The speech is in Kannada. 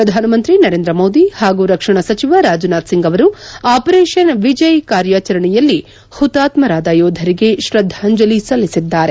ಪ್ರಧಾನ ಮಂತ್ರಿ ನರೇಂದ್ರ ಮೋದಿ ಹಾಗೂ ರಕ್ಷಣ ಸಚಿವ ರಾಜನಾಥ್ ಸಿಂಗ್ ಅವರು ಆಪರೇಷನ್ ವಿಜಯ್ ಕಾರ್ಯಾಚರಣೆಯಲ್ಲಿ ಹುತಾತ್ತರಾದ ಯೋಧರಿಗೆ ಶ್ರದ್ದಾಂಜಲಿ ಸಲ್ಲಿಸಿದ್ದಾರೆ